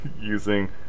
using